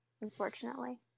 unfortunately